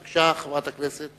בבקשה, חברת הכנסת